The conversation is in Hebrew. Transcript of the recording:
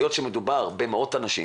היות שמדובר במאות אנשים